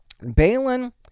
Balin